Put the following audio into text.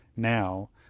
now,